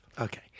Okay